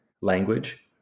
language